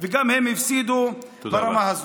תודה רבה.